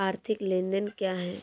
आर्थिक लेनदेन क्या है?